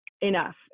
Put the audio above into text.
enough